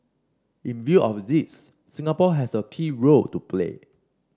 in view of this Singapore has a key role to play